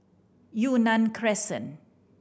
Yunnan Crescent